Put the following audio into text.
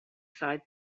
side